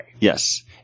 Yes